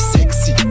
Sexy